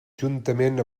juntament